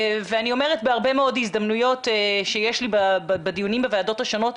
אני אומרת בהרבה מאוד הזדמנויות שיש לי בדיונים בוועדות השונות,